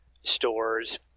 stores